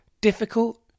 difficult